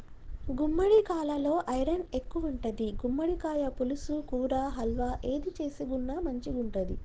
గుమ్మడికాలలో ఐరన్ ఎక్కువుంటది, గుమ్మడికాయ పులుసు, కూర, హల్వా ఏది చేసుకున్న మంచిగుంటది